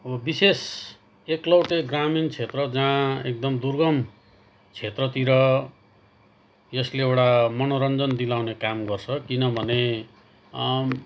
अब विशेष एकलौटे ग्रामीण क्षेत्र जहाँ एकदम दुर्गम क्षेत्रतिर यसले एउटा मनोरञ्जन दिलाउने काम गर्छ किनभने